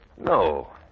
No